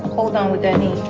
with um with any